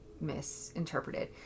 misinterpreted